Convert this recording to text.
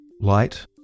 Light